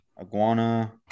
iguana